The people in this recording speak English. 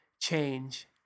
change